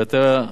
ואתה,